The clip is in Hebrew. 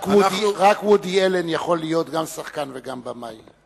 רק וודי אלן יכול להיות גם שחקן וגם במאי,